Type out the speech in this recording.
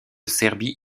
serbie